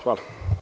Hvala.